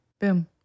Boom